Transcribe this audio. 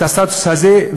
את הסטטוס הזה.